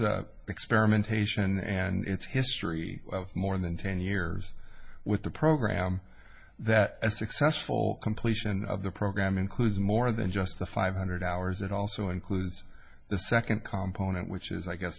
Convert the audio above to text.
its experimentation and its history of more than ten years with the program that a successful completion of the program includes more than just the five hundred hours it also includes the second column point which is i guess